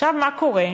מה קורה?